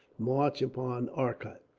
march upon arcot.